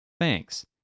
thanks